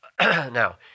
now